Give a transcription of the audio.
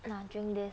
nah drink this